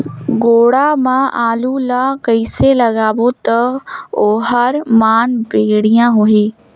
गोडा मा आलू ला कइसे लगाबो ता ओहार मान बेडिया होही?